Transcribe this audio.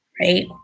right